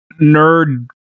nerd